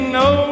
no